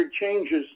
changes